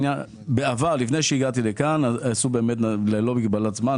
בעבר, לפני שהגעתי לכאן, זה היה ללא מגבלת זמן.